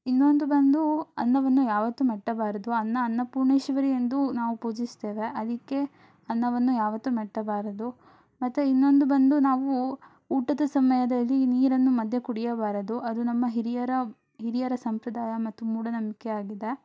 ಇನ್ನೊಂದು ಬಂದು ಅನ್ನವನ್ನು ಯಾವತ್ತೂ ಮೆಟ್ಟಬಾರದು ಅನ್ನ ಅನ್ನಪೂರ್ಣೇಶ್ವರಿ ಎಂದು ನಾವು ಪೂಜಿಸ್ತೇವೆ ಅದಕ್ಕೆ ಅನ್ನವನ್ನು ಯಾವತ್ತೂ ಮೆಟ್ಟಬಾರದು ಮತ್ತು ಇನ್ನೊಂದು ಬಂದು ನಾವು ಊಟದ ಸಮಯದಲ್ಲಿ ನೀರನ್ನು ಮಧ್ಯೆ ಕುಡಿಯಬಾರದು ಅದು ನಮ್ಮ ಹಿರಿಯರ ಹಿರಿಯರ ಸಂಪ್ರದಾಯ ಮತ್ತು ಮೂಢನಂಬಿಕೆ ಆಗಿದೆ